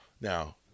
now